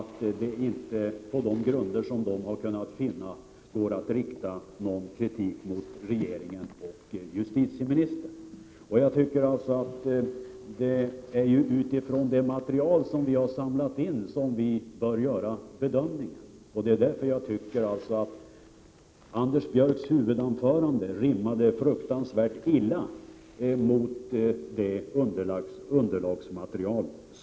1987/88:132 på de grunder som de har kunnat finna går att rikta någon kritik mot 2juni 1988 regeringen och justitieministern. Det är alltså med utgångspunkt i det å j 5 RR EE Granskning av statsmaterial sem utskottet Har samlat in som bedömningen bör göras, och rådens tjänsteutövning Anders Björcks huvudanförande rimmade alltså mycket illa med detta.